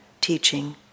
teaching